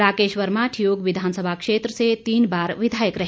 राकेश वर्मा ठियोग विधानसभा क्षेत्र से तीन बार विधायक रहे